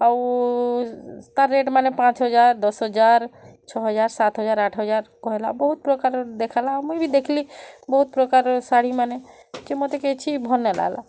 ଆଉ ତାର୍ ରେଟ୍ ମାନେ ପାଞ୍ଚ୍ ହଜାର୍ ଦଶ୍ ହଜାର୍ ଛଅ ହଜାର୍ ସାତ୍ ହଜାର୍ ଆଠ୍ ହଜାର୍ କହେଲା ବହୁତ୍ ପ୍ରକାର୍ର ଦେଖାଲା ଆର୍ ମୁଇଁ ବି ଦେଖଲି ବହୁତ୍ ପ୍ରକାର୍ର ଶାଢ଼ୀମାନେ ଯେ ମୋତେ କିଛି ଭଲ୍ ନାଇଁ ଲାଗଲା